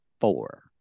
four